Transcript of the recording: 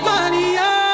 Maria